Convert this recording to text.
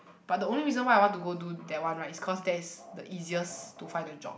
but the only reason why I want to go do that one right is cause that is the easiest to find a job